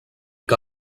que